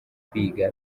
kwiga